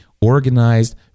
organized